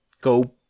go